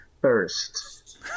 first